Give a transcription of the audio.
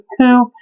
two